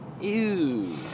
Ew